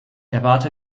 erwarte